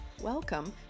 Welcome